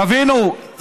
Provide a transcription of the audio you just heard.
תבינו,